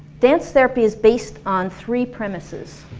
dance therapy is based on three premises.